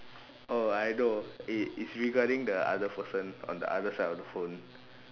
oh I know it it's regarding the other person on the other side of the phone